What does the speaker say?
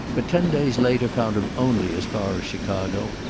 but ten days later found him only as far as chicago,